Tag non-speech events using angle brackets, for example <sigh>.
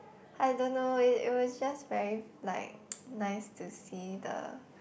I don't know it it was just very like <noise> nice to see the